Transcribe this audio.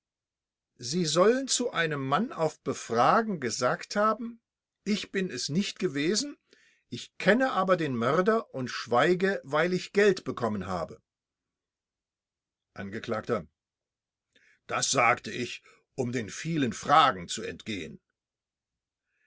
sie sollen zu einem mann auf befragen gesagt haben ich bin es nicht gewesen ich kenne aber den mörder und schweige weil ich geld bekommen habe angekl das sagte ich um den vielen fragen zu entgehen